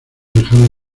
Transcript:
dejarlo